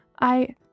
I-